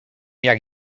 jak